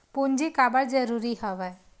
पूंजी काबर जरूरी हवय?